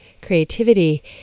creativity